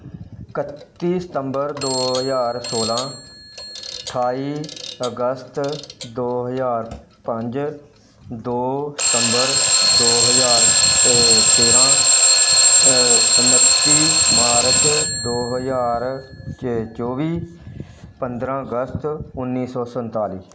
ਇਕੱਤੀ ਸਤੰਬਰ ਦੋ ਹਜ਼ਾਰ ਸੋਲ੍ਹਾਂ ਅਠਾਈ ਅਗਸਤ ਦੋ ਹਜ਼ਾਰ ਪੰਜ ਦੋ ਸਤੰਬਰ ਦੋ ਹਜ਼ਾਰ ਤੇ ਤੇਰਾਂ ਉਨੱਤੀ ਮਾਰਚ ਦੋ ਹਜ਼ਾਰ ਚ ਚੌਵੀ ਪੰਦਰਾਂ ਅਗਸਤ ਉੱਨੀ ਸੌ ਸੰਤਾਲੀ